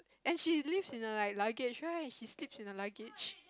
and she lives in the like luggage right she sleeps in the luggage